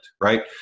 right